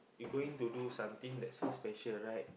you going to do something that's so special right